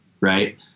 right